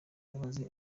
imbabazi